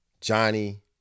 Johnny